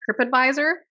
TripAdvisor